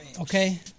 Okay